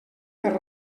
per